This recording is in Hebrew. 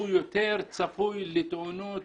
הוא יותר צפוי לתאונות